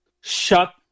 shut